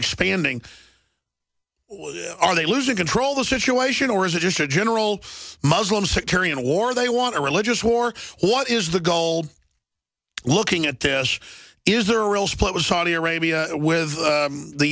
expanding are they losing control the situation or is it just a general muslim sectarian war they want a religious war what is the goal looking at this is there a real split was saudi arabia with